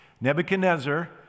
Nebuchadnezzar